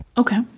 okay